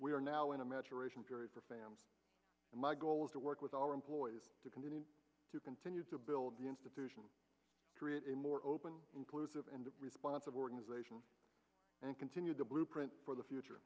are now in a maturation period for family my goal is to work with our employees to continue to continue to build the institution create more open inclusive and responsive organization and continue the blueprint for the future